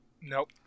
Nope